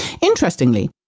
Interestingly